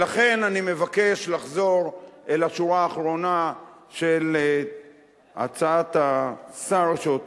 ולכן אני מבקש לחזור אל השורה האחרונה של הצעת השר שאת